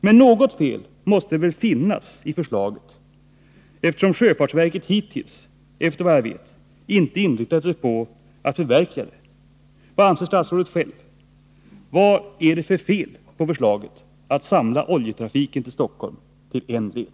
Men något fel måste det väl finnas i förslaget, eftersom sjöfartsverket hittills efter vad jag vet inte har inriktat sig på att förverkliga det. Vad anser statsrådet själv? Vad är det för fel på förslaget att samla oljetrafiken till Stockholm till en led?